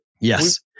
Yes